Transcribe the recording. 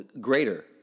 greater